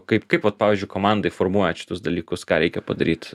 kaip kaip vat pavyzdžiui komandai formuojat šitus dalykus ką reikia padaryt